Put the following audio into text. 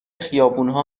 خیابونها